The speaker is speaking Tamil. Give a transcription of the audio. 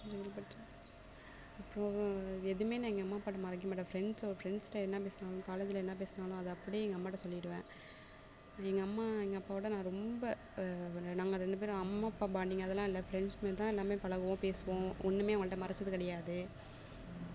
அதுக்கடுத்து அப்புறோம் எதுவுமே நான் எங்கள் அம்மா அப்பாகிட்ட மறைக்க மாட்டேன் ஃப்ரெண்ட்ஸோ ஃப்ரெண்ட்ஸ்கிட்ட என்ன பேசுகிறனோ காலேஜில் என்ன பேசுனாலோ அதை அப்படி எங்கள் அம்மாகிட்ட சொல்லிடுவேன் எங்கள் அம்மா எங்கள் அப்பாவோடய நான் ரொம்ப நாங்க ரெண்டு பேரும் அம்மா அப்பா பாண்டிங் அதெல்லாம் இல்லை ஃப்ரெண்ட்ஸ் மாரி தான் எல்லாம் பழகுவோம் பேசுவோம் ஒன்றுமே அவங்கள்ட்ட மறைச்சது கிடையாது